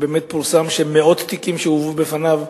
באמת פורסם שממאות תיקים שהובאו בפניו,